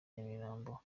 nyamirambo